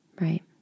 right